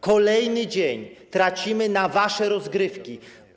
Kolejny dzień tracimy na wasze rozgrywki.